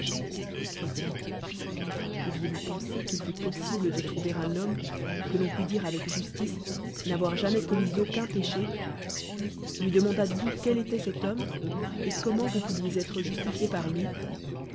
poaviézvons pensër qu'il fàt possible de trouver un homme que l'on pût dire avec justice n'avoir jamais commis aucun pêchêj lui demandates vous quai étoit cet homme et comment vous pouviez être jnslillé par lui